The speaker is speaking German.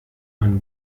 man